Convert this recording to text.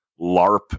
larp